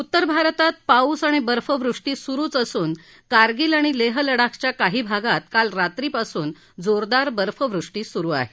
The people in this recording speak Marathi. उत्तर भारतात पाऊस आणि बर्फवृष्टी सुरुच असून कारगिल आणि लेह लडाखच्या काही भागात काल रात्रीपासून जोरदार बर्फवृष्टी सुरु आहे